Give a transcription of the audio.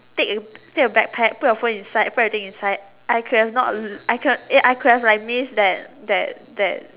take a take a back pack put your phone inside put your things inside I could have not I could I could have miss that that that